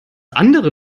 andere